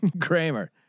Kramer